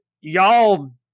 y'all